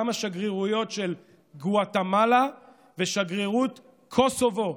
השגרירות של גוואטמלה ושגרירות קוסובו,